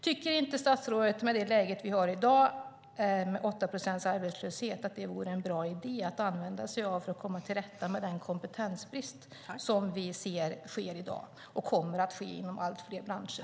Tycker inte statsrådet i det läge vi har i dag, med 8 procents arbetslöshet, att detta vore en bra idé att använda sig av för att komma till rätta med den kompetensbrist som vi ser i dag och som kommer att finnas inom allt fler branscher?